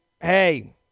hey